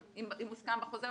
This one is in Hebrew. אם מוסכם בחוזה,